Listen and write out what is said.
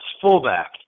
fullback